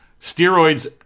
Steroids